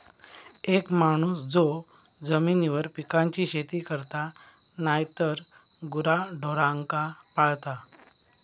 एक माणूस जो जमिनीवर पिकांची शेती करता नायतर गुराढोरांका पाळता